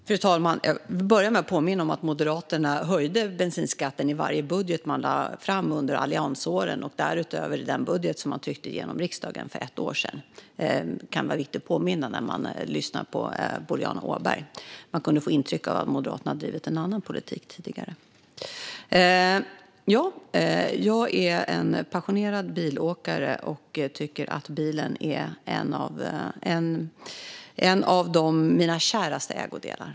Fru talman! Jag vill börja med att påminna om att Moderaterna höjde bensinskatten i varje budget som de lade fram under alliansåren liksom även i den budget som de för ett år sedan tryckte igenom i riksdagen. Det kan vara viktigt att påminna om detta när man hör på Boriana Åberg. Man kunde få intrycket att Moderaterna har drivit en annan politik tidigare. Ja, jag är en passionerad bilåkare, och bilen är en av mina käraste ägodelar.